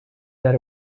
that